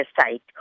Site